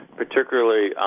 particularly